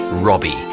robbie,